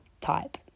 type